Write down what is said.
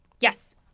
Yes